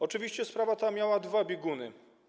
Oczywiście sprawa ta miała dwa bieguny.